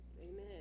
Amen